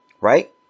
right